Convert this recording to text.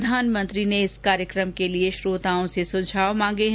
प्रधानमंत्री ने इस कार्यक्रम के लिए श्रोताओं के सुझाव मांगे हैं